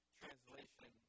translation